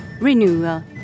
renewal